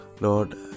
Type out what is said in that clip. lord